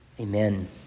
Amen